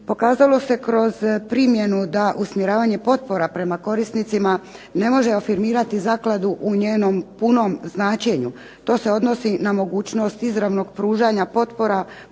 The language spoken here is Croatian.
Pokazalo se kroz primjenu da usmjeravanje potpora prema korisnicima ne može afirmirati zakladu u njenom punom značenju. To se odnosi na mogućnost izravnog pružanja potpora